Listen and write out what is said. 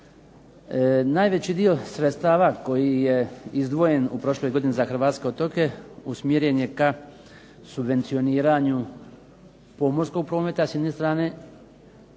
Najveći dio sredstava koji je izdvojen u prošloj godini za hrvatske otoke usmjeren je ka subvencioniranju pomorskog prometa s jedne strane,